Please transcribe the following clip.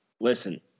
Listen